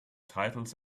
titles